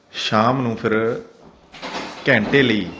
ਸ਼ਾਮ ਨੂੰ ਫਿਰ ਘੰਟੇ ਲਈ